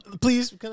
please